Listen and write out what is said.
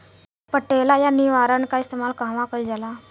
पटेला या निरावन का इस्तेमाल कहवा कइल जाला?